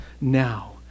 now